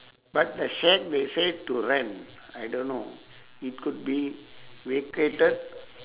but the shack they said to rent I don't know it could be vacated